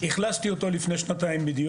אכלסתי אותו לפני שנתיים.